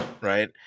right